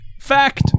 fact